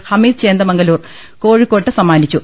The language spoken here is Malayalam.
ഹമീദ് ചേന്ദമംഗലൂർ കോഴിക്കോട്ട് സമ്മാനിച്ചു